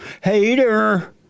Hater